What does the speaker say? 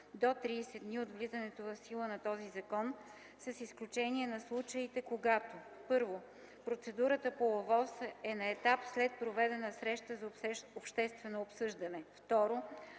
до 30 дни от влизането в сила на този закон, с изключение на случаите, когато: 1. процедурата по ОВОС е на етап след проведена среща за обществено обсъждане; 2.